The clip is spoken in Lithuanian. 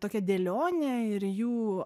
tokia dėlionė ir jų